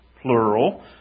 plural